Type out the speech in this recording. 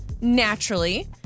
naturally